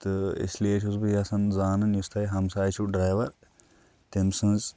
تہٕ اِسلیے چھُس بہٕ یژھان زانُن یُس تۄہہِ ہمساے چھُو ڈرٛیوَر تٔمۍ سٕنٛز